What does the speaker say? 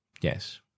Yes